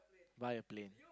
buy a plane